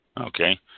Okay